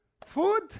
Food